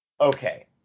Okay